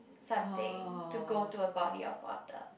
something to go to a body of water